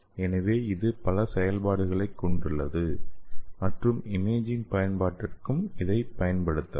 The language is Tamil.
எனவே இது பல செயல்பாடுகளைக் கொண்டுள்ளது மற்றும் இமேஜிங் பயன்பாட்டிற்கு இதைப் பயன்படுத்தலாம்